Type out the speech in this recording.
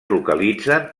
localitzen